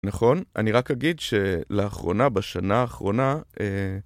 נכון? אני רק אגיד שלאחרונה, בשנה האחרונה...